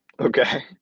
Okay